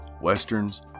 westerns